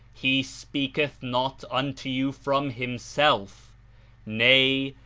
he speaketh not unto you from himself nay,